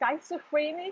Schizophrenic